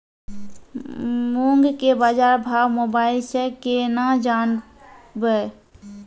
मूंग के बाजार भाव मोबाइल से के ना जान ब?